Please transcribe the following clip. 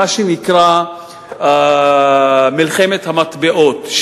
מה שנקרא מלחמת המטבעות,